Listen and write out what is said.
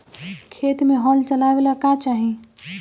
खेत मे हल चलावेला का चाही?